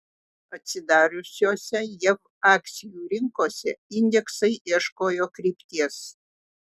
atsidariusiose jav akcijų rinkose indeksai ieškojo krypties